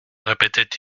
répétait